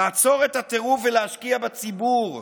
לעצור את הטירוף ולהשקיע בציבור,